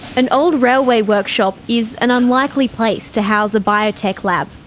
an old railway workshop is an unlikely place to house a biotech lab,